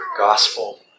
gospel